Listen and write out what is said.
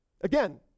Again